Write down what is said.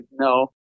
No